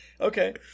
Okay